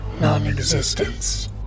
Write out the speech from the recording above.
non-existence